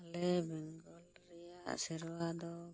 ᱟᱞᱮ ᱵᱮᱝᱜᱚᱞ ᱨᱮᱭᱟᱜ ᱥᱮᱨᱣᱟ ᱫᱚ